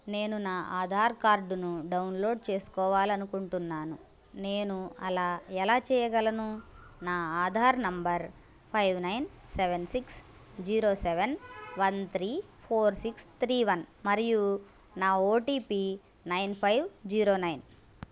నేను నా ఆధార్ కార్డును డౌన్లోడ్ చేసుకోవాలి అనుకుంటున్నాను నేను అలా ఎలా చేయగలను నా Aadhaar number five nine seven six zero seven one three four six three one మరియు నా O T P nine five zero nine